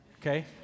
okay